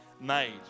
made